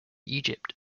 egypt